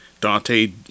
Dante